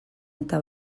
eta